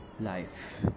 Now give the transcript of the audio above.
life